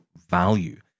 value